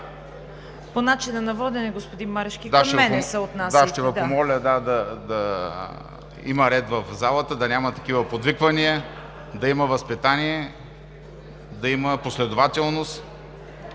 По начина на водене, господин Марешки, към мен се отнасяйте. ВЕСЕЛИН МАРЕШКИ: Да, ще Ви помоля да има ред в залата, да няма такива подвиквания, да има възпитание, да има последователност